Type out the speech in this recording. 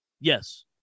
Yes